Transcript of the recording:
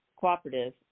Cooperative